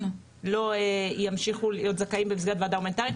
לא ימשיכו להיות זכאים במסגרת הוועדה ההומניטארית.